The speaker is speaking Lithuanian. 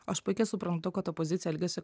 aš puikiai suprantu kad opozicija elgiasi